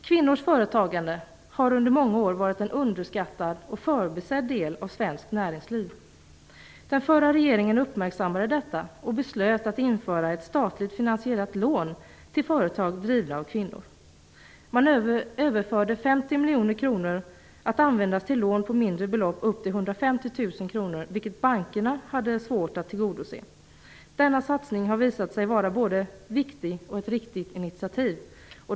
Kvinnors företagande har under många år varit en underskattad och förbisedd del av svenskt näringsliv. Den förra regeringen uppmärksammade detta och beslöt att införa ett statligt finansierat lån till företag drivna av kvinnor. Man överförde 50 miljoner kronor att användas till lån på mindre belopp upp till 150 000 kronor, vilket bankerna hade svårt att tillgodose. Denna satsning har visat sig vara ett både viktigt och riktigt initiativ.